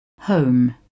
home